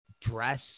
dress